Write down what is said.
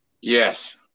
Yes